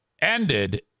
ended